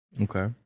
Okay